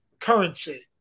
currency